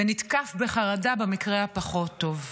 ונתקף בחרדה במקרה הפחות טוב.